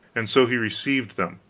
and so he received them.